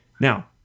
Now